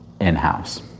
in-house